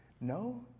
No